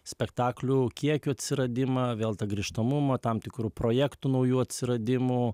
spektaklių kiekių atsiradimą vėl ta grįžtamumo tam tikrų projektų naujų atsiradimo